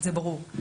זה ברור.